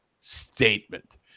statement